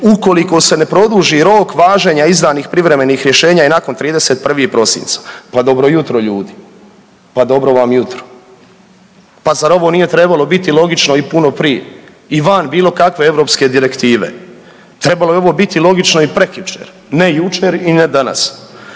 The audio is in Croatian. ukoliko se ne produži rok važenja izdanih privremenih rješenja i nakon 31. prosinca. Pa dobro jutro ljudi, pa dobro vam jutro, pa zar ovo nije trebalo biti logično i puno prije i van bilo kakve europske direktive? Trebalo je ovo biti logično i prekjučer, ne jučer i ne danas.